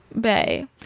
Bay